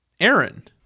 aaron